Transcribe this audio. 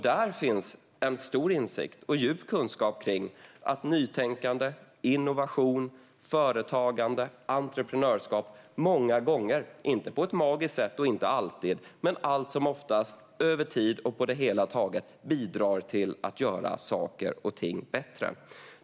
Där finns det en stor insikt och en djup kunskap kring att nytänkande, innovation, företagande och entreprenörskap många gånger - inte på ett magiskt sätt och inte alltid men allt som oftast, över tid och på det hela taget - bidrar till att göra saker och ting bättre.